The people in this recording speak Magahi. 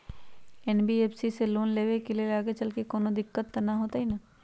एन.बी.एफ.सी से लोन लेबे से आगेचलके कौनो दिक्कत त न होतई न?